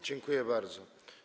Dziękuję bardzo.